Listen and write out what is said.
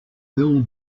will